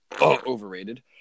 overrated